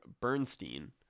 bernstein